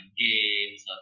games